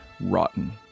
rotten